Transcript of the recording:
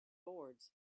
boards